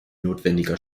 notwendiger